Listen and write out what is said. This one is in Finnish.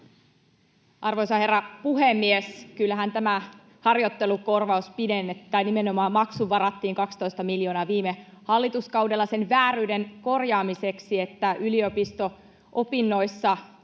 Arvoisa herra puhemies! Kyllähän tähän harjoittelumaksuun varattiin 12 miljoonaa viime hallituskaudella sen vääryyden korjaamiseksi, että yliopisto-opinnoissa harjoittelua